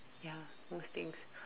ya most things